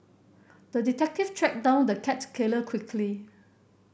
the detective tracked down the cat killer quickly